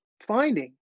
finding